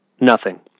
Nothing